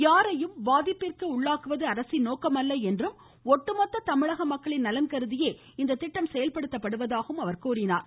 யாரையும் பாதிப்பிற்கு உள்ளாக்குவது அரசின் நோக்கமல்ல என்றும் ஒட்டுமொத்த தமிழக மக்களின் நலன் கருதியே இந்த திட்டம் செயல்படுத்தப்படுவதாகவும் அவர் தெரிவித்தார்